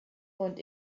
und